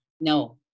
No